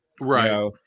right